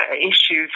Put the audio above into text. issues